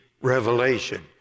Revelation